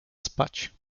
spać